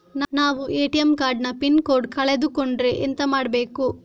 ನಾವು ATM card ನ pin code ಕಳೆದು ಕೊಂಡ್ರೆ ಎಂತ ಮಾಡ್ಬೇಕು?